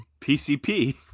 PCP